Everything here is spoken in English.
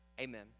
amen